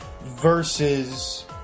Versus